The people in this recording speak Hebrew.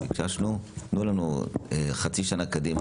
ביקשנו: תנו לנו את מה שאמור להיות חצי שנה קדימה.